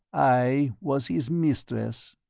i was his mistress.